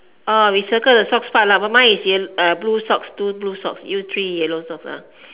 orh we circle the socks part lah mine mine is blue socks two blue socks you three yellow socks ah